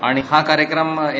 आणि हा कार्यक्रम एन